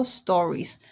stories